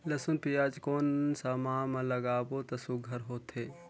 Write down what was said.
लसुन पियाज कोन सा माह म लागाबो त सुघ्घर होथे?